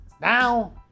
now